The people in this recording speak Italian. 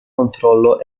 controllo